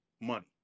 money